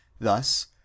Thus